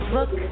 Look